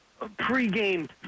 pregame